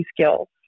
skills